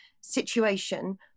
situation